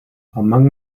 among